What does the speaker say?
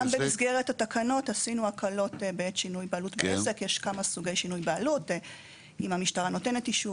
גם מוצאים את הבעיות כי אז פתאום מוצאים איזה משהו במפה